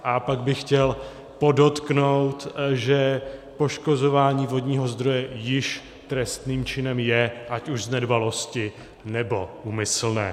A pak bych chtěl podotknout, že poškozování vodního zdroje již trestným činem je, ať už z nedbalosti, nebo úmyslně.